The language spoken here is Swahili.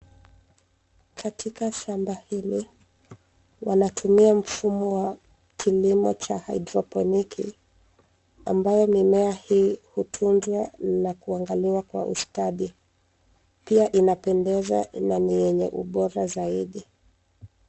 Katika shamba hili wanatumia mfumo wa kilimo cha haidroponiki ambao mimea hii hutunzwa na kuangaliwa kwa ustadi. Pia inapendeza na ni enye ubora zaidi.